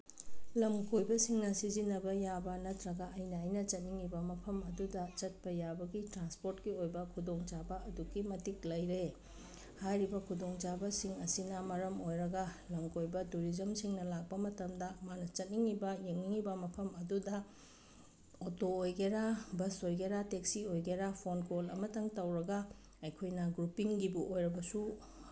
ꯂꯝꯀꯣꯏꯕꯁꯤꯡꯅ ꯁꯤꯖꯤꯟꯅꯕ ꯌꯥꯕ ꯅꯠꯇ꯭ꯔꯒ ꯑꯩꯅ ꯑꯩꯅ ꯆꯠꯅꯤꯡꯉꯤꯕ ꯃꯐꯝ ꯑꯗꯨꯗ ꯆꯠꯄ ꯌꯥꯕꯒꯤ ꯇ꯭ꯔꯥꯟꯁꯄꯣꯔꯠꯀꯤ ꯑꯣꯏꯕ ꯈꯨꯗꯣꯡꯆꯥꯕ ꯑꯗꯨꯛꯀꯤ ꯃꯇꯤꯛ ꯂꯩꯔꯦ ꯍꯥꯏꯔꯤꯕ ꯈꯨꯗꯣꯡꯆꯥꯕꯁꯤꯡ ꯑꯁꯤꯅ ꯃꯔꯝ ꯑꯣꯏꯔꯒ ꯂꯝꯀꯣꯏꯕ ꯇꯨꯔꯤꯖꯝꯁꯤꯡꯅ ꯂꯥꯛꯄ ꯃꯇꯝꯗ ꯃꯥꯅ ꯆꯠꯅꯤꯡꯉꯤꯕ ꯌꯦꯡꯅꯤꯡꯉꯤꯕ ꯃꯐꯝ ꯑꯗꯨꯗ ꯑꯣꯇꯣ ꯑꯣꯏꯒꯦꯔꯥ ꯕꯁ ꯑꯣꯏꯒꯦꯔꯥ ꯇꯦꯛꯁꯤ ꯑꯣꯏꯒꯦꯔꯥ ꯐꯣꯟ ꯀꯣꯜ ꯑꯃꯇꯪ ꯇꯧꯔꯒ ꯑꯩꯈꯣꯏꯅ ꯒ꯭ꯔꯨꯞꯄꯤꯡꯒꯤꯕꯨ ꯑꯣꯏꯔꯕꯁꯨ